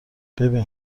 ببین